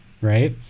right